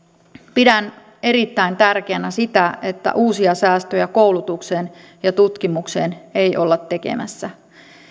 pidän erittäin tärkeänä sitä että uusia säästöjä koulutukseen ja tutkimukseen ei olla tekemässä